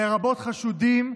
לרבות חשודים,